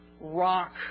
rock